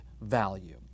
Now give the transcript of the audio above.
value